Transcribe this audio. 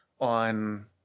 on